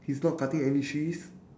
he's not cutting any trees